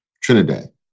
Trinidad